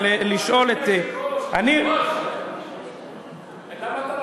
חבר הכנסת